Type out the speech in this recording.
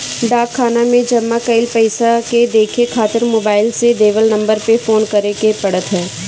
डाक खाना में जमा कईल पईसा के देखे खातिर मोबाईल से देवल नंबर पे फोन करे के पड़त ह